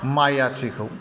माइ आथिखौ